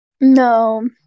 no